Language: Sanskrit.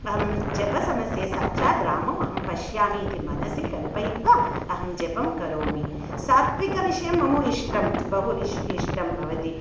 अहं जपसमये साक्षात् रामम् अहं पश्यामीति मनसि कल्पयित्वा अहं जपं करोमि सात्त्विकविषयं मम इष्टं बहु इष्टं भवति